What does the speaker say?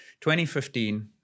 2015